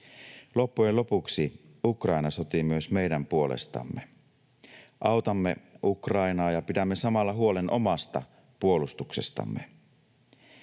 Loppujen lopuksi Ukraina sotii myös meidän puolestamme. Autamme Ukrainaa ja pidämme samalla huolen omasta puolustuksestamme.